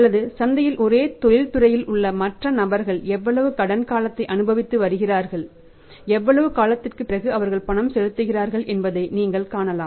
அல்லது சந்தையில் ஒரே தொழில்துறையில் உள்ள மற்ற நபர்கள் எவ்வளவு கடன் காலத்தை அனுபவித்து வருகிறார்கள் எவ்வளவு காலத்திற்குப் பிறகு அவர்கள் பணம் செலுத்துகிறார்கள் என்பதை நீங்கள் காணலாம்